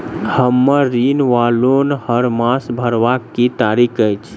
हम्मर ऋण वा लोन हरमास भरवाक की तारीख अछि?